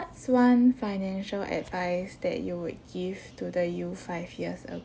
one financial advice that you would give to the you five years ago